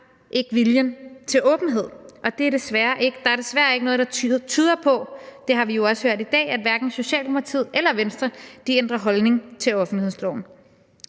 ikke viljen til åbenhed, og der er desværre ikke noget, der tyder på – det har vi også hørt i dag – at Socialdemokratiet eller Venstre ændrer holdning til offentlighedsloven.